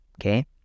Okay